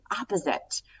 opposite